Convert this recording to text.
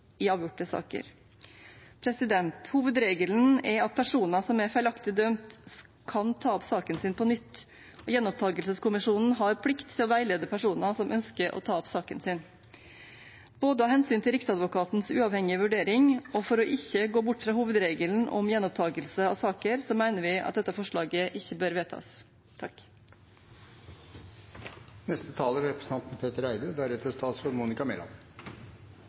i avgjorte saker. Hovedregelen er at personer som er feilaktig dømt, kan ta opp saken sin på nytt. Gjenopptakelseskommisjonen har plikt til å veilede personer som ønsker å ta opp saken sin. Både av hensyn til Riksadvokatens uavhengige vurdering og for ikke å gå bort fra hovedregelen om gjenopptakelse av saker, mener vi at dette forslaget ikke bør vedtas. Tusen takk